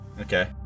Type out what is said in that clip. Okay